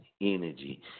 energy